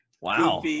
Wow